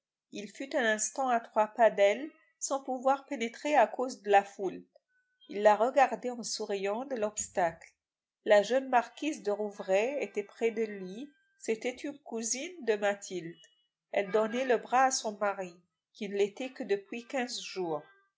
il fut un instant à trois pas d'elle sans pouvoir pénétrer à cause de la foule il la regardait en souriant de l'obstacle la jeune marquise de rouvray était près de lui c'était une cousine de mathilde elle donnait le bras à son mari qui ne l'était que depuis quinze jours